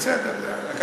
בסדר, יאללה.